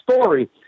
story